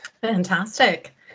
fantastic